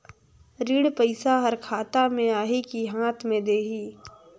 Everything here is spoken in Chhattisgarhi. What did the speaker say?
ऋण पइसा हर खाता मे आही की हाथ मे देही?